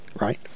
right